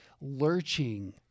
lurching